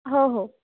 हो हो